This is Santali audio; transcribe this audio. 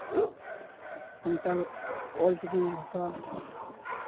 ᱥᱟᱱᱛᱟᱲ ᱚᱞ ᱪᱤᱠᱤ ᱵᱷᱟᱥᱟ